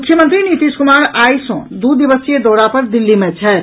मुख्यमंत्री नीतीश कुमार आइ सॅ दू दिवसीय दौरा पर दिल्ली मे छथि